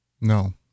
No